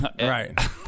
Right